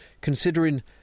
considering